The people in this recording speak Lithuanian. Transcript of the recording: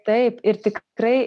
taip ir tikrai